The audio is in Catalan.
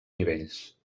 nivells